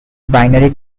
binary